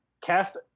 Cast